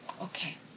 Okay